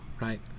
right